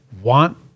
want